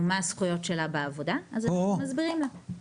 מה הזכויות שלה בעבודה אז אנחנו מסבירים לה.